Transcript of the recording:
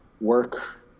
work